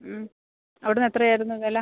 അവിടെ നിന്ന് എത്രയായിരുന്നു വില